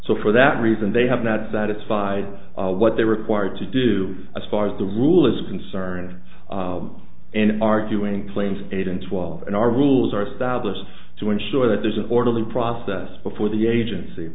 so for that reason they have not satisfied what they required to do as far as the rule is concerned and arguing claims eight and twelve in our rules are stablished to ensure that there's an orderly process before the agency